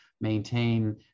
maintain